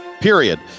period